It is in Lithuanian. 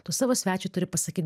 tu savo svečiui turi pasakyt